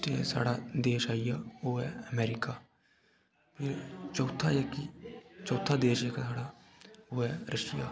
साढ़ा देश आइया ओह् ऐ अमेरिका चौथा जेह्की चौथा देश जेह्का साढ़ा ओह् ऐ रशिया